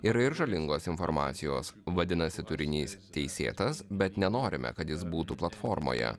yra ir žalingos informacijos vadinasi turinys teisėtas bet nenorime kad jis būtų platformoje